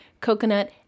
coconut